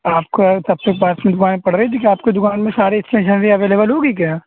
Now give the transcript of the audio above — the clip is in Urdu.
آپ کا سب سے پاس میں دُکان پڑے گی کیا آپ کے دُکان میں سارے اسٹیشنری اویلیبل ہوگی کیا